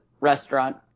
restaurant